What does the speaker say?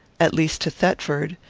at least to thetford.